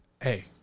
Hey